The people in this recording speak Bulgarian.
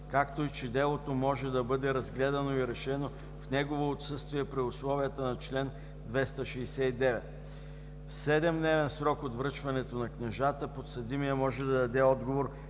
както и че делото може да бъде разгледано и решено в негово отсъствие при условията на чл. 269. В седемдневен срок от връчването на книжата, подсъдимият може да даде отговор,